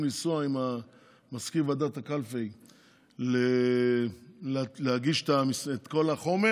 לנסוע עם מזכיר ועדת הקלפי להגיש את כל החומר.